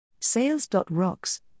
Sales.rocks